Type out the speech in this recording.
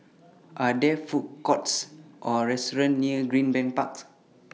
Are There Food Courts Or restaurants near Greenbank Parks